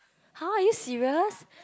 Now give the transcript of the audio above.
!huh! are you serious